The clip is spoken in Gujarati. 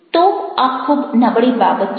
તો આ ખૂબ નબળી બાબત છે